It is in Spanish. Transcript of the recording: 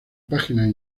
páginas